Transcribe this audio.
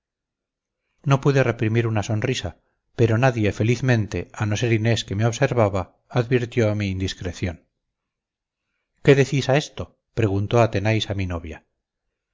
no pude reprimir una sonrisa pero nadie felizmente a no ser inés que me observaba advirtió mi indiscreción qué decís a esto preguntó athenais a mi novia